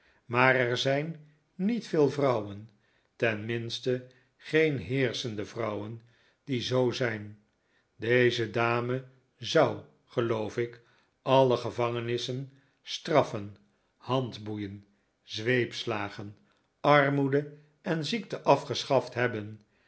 maar er zijn niet vele vrouwen ten minste geen heerschende vrouwen die zoo zijn deze dame zou geloof ik alle gevangenissen straffen handboeien zweepslagen armoede en ziekte afgeschaft hebben